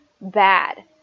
bad